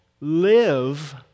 live